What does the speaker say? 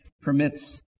permits